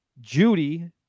Judy